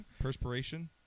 perspiration